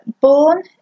Born